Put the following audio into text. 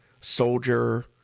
soldier